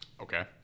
Okay